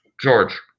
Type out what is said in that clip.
george